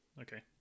Okay